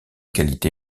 qualité